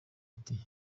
ati